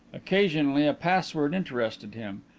occasionally a password interested him.